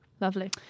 Lovely